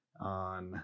on